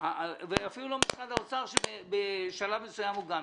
אני אפילו לא מאשים את משרד האוצר שבשלב מסוים גם הסכים.